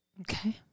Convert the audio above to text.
Okay